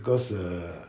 cause err